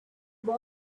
boy